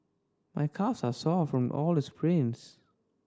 my calves are sore from all the sprints